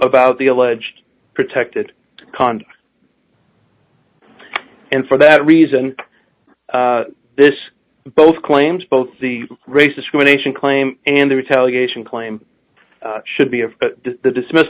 about the alleged protected cond and for that reason this both claims both the race discrimination claim and the retaliation claim should be of the dismiss